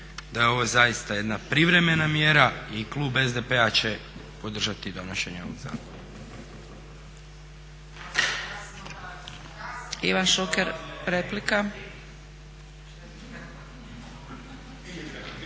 da je ovo zaista jedna privremena mjera i klub SDP-a će podržati donošenje ovog zakona.